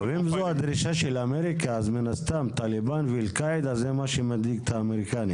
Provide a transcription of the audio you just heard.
יותר מדרכון אחד או יותר מתעודת מעבר אחת ורוצים לבדוק מה הסיפור